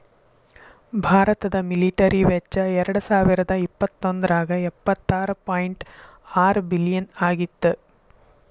ಭಾರತದ ಮಿಲಿಟರಿ ವೆಚ್ಚ ಎರಡಸಾವಿರದ ಇಪ್ಪತ್ತೊಂದ್ರಾಗ ಎಪ್ಪತ್ತಾರ ಪಾಯಿಂಟ್ ಆರ ಬಿಲಿಯನ್ ಆಗಿತ್ತ